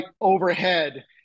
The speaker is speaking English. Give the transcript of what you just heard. overhead